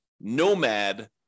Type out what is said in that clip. nomad